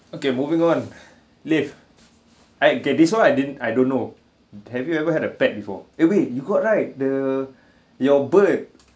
okay moving on alif I okay this one I didn't I don't know have you ever had a pet before eh wait you got right the your bird